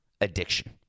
addiction